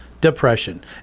depression